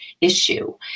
issue